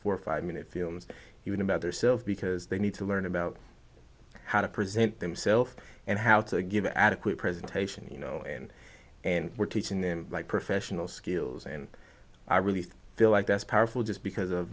a five minute films even about their self because they need to learn about how to present themselves and how to give adequate presentation you know and and we're teaching them like professional skills and i really feel like that's powerful just because of